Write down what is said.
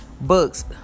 books